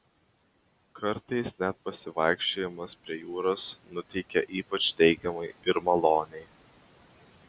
kartais net pasivaikščiojimas prie jūros nuteikia ypač teigiamai ir maloniai